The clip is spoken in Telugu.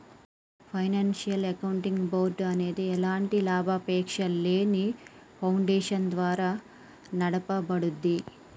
ఫైనాన్షియల్ అకౌంటింగ్ బోర్డ్ అనేది ఎలాంటి లాభాపేక్షలేని ఫౌండేషన్ ద్వారా నడపబడుద్ది